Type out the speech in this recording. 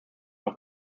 auch